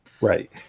right